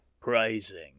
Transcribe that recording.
praising